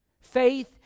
Faith